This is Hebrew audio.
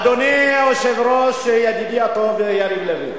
אדוני היושב-ראש, ידידי הטוב יריב לוין,